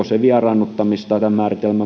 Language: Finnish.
se vieraannuttamista tämän määritelmän